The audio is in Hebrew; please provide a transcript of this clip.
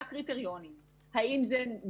60% מהחולים הקריטיים הם מתחת לגיל 70. זאת אומרת,